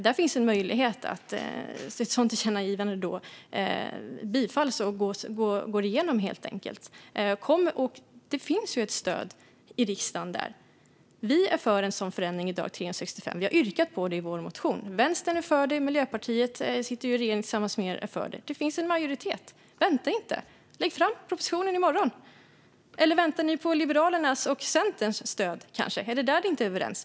Det finns en möjlighet att ett sådant tillkännagivande bifalls och går igenom. Det finns ju ett stöd i riksdagen för detta. Vi är för en sådan förändring vid dag 365. Vi har ett yrkande om detta i vår motion. Vänstern är för det. Miljöpartiet sitter i regeringen tillsammans med er och är för det. Det finns en majoritet. Vänta inte! Lägg fram propositionen i morgon! Eller väntar ni kanske på Liberalernas och Centerns stöd? Är det där ni inte är överens?